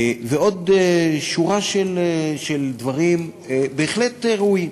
ועוד שורה של דברים בהחלט ראויים,